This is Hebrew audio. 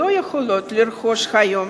שלא יכולות לרכוש היום